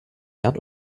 erd